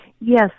Yes